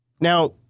Now